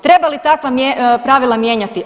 Treba li takva pravila mijenjati?